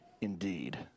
indeed